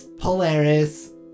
Polaris